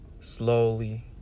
slowly